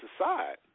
aside